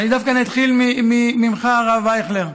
ודווקא אתחיל ממך, הרב אייכלר.